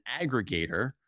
aggregator